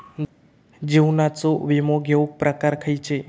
जीवनाचो विमो घेऊक प्रकार खैचे?